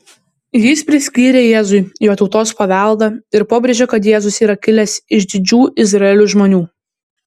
jis priskyrė jėzui jo tautos paveldą ir pabrėžė kad jėzus yra kilęs iš didžių izraelio žmonių